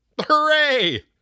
Hooray